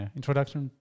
Introduction